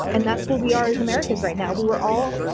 and that's what we are as americans right now. we were all,